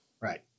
Right